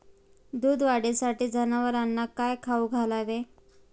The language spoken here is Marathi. दूध वाढीसाठी जनावरांना काय खाऊ घालावे?